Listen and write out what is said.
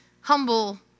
humble